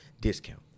discount